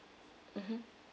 mmhmm